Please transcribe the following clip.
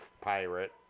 pirate